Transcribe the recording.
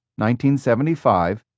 1975